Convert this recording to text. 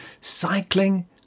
Cycling